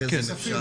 ואחרי זה אם אפשר.